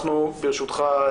אנחנו ברשותך,